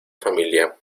familia